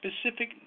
specific